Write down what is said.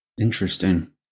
interesting